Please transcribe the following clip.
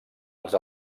els